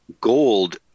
Gold